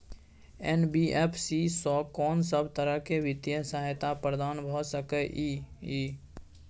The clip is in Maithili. एन.बी.एफ.सी स कोन सब तरह के वित्तीय सहायता प्रदान भ सके इ? इ